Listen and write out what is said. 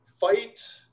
fight